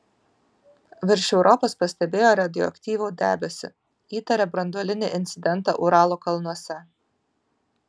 virš europos pastebėjo radioaktyvų debesį įtaria branduolinį incidentą uralo kalnuose